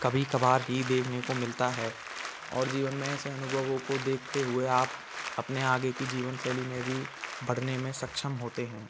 कभी कभार ही देखने को मिलता है और जीवन में ऐसे अनुभवों को देखते हुए आप अपने आगे की जीवन शैली में भी बढ़ने में सक्षम होते हैं